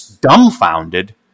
dumbfounded